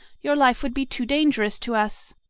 your life would be too dangerous to us.